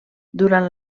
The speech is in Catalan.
durant